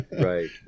right